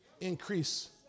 increase